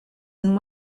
and